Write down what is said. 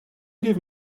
give